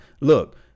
Look